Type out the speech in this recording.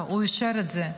לא, הוא אישר את זה.